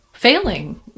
failing